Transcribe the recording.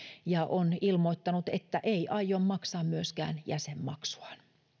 ja on ilmoittanut että ei aio maksaa myöskään jäsenmaksuaan